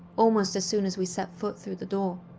almost as soon as we set foot through the door.